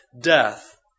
death